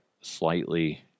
slightly